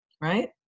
right